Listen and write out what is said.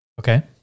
Okay